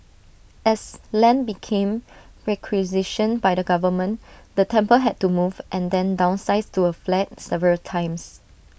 as land became requisitioned by the government the temple had to move and then downsize to A flat several times